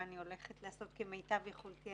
ואני הולכת לעשות כמיטב יכולתי.